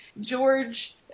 George